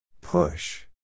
Push